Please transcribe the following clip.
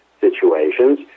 situations